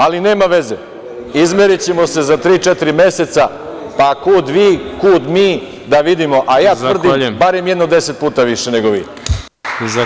Ali, nema veze, izmerićemo se za tri, četiri meseca, pa kud vi kud mi, da vidimo, a ja tvrdim barem jedno deset puta više nego vi.